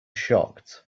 shocked